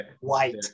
white